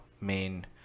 main